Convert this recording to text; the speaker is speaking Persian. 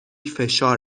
فشار